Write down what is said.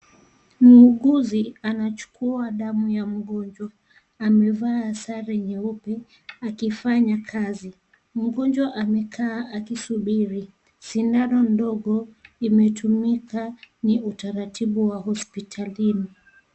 Muuguzi anachukua damu ya mgonjwa. Amevaa sare nyeupe, akifanya kazi. Mgonjwa amekaa akisubiri. Sindano ndogo, imetumika ni utaratibu wa hospitalini.